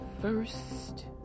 first